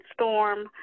storm